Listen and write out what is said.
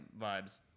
vibes